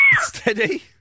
Steady